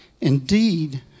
Indeed